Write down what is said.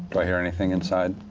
do i hear anything inside?